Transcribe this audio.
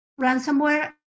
ransomware